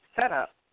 setup